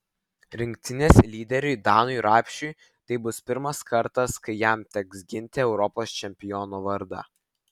rinktinės lyderiui danui rapšiui tai bus pirmas kartas kai jam teks ginti europos čempiono vardą